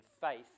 faith